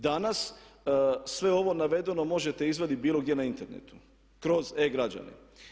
Danas sve ovo navedeno možete izvaditi bilo gdje na internetu kroz e-građani.